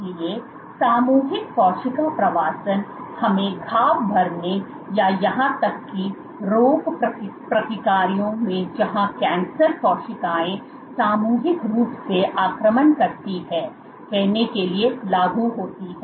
इसलिए सामूहिक कोशिका प्रवासन हमें घाव भरने या यहां तक कि रोग प्रक्रियाओं में जहां कैंसर कोशिकाएं सामूहिक रूप से आक्रमण करती हैं कहने के लिए लागू होती हैं